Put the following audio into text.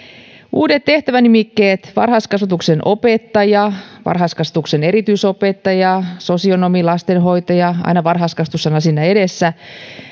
uudet tehtävänimikkeet varhaiskasvatuksen opettaja varhaiskasvatuksen erityisopettaja varhaiskasvatuksen sosionomi varhaiskasvatuksen lastenhoitaja aina varhaiskasvatus sana siinä edessä